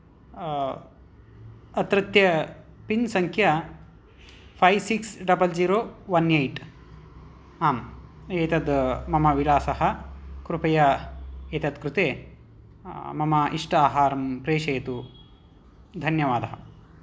अत्रत्य पिन् संख्या five six double zero one eight आम् एतद् मम विलासः कृपया एतद् कृते मम इष्टाहारं प्रेशयतु धन्यवादः